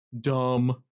Dumb